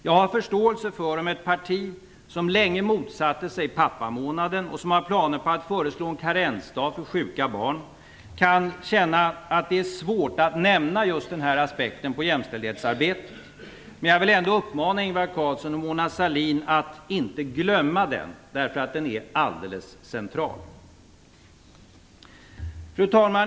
Jag har förståelse för om ett parti som länge motsatte sig pappamånaden, och som har planer på att föreslå en karensdag för vård av sjuka barn, kan känna att det är svårt att nämna just denna aspekt på jämställdhetsarbetet. Men jag vill ändå uppmana Ingvar Carlsson och Mona Sahlin att inte glömma den, eftersom den är helt central. Fru talman!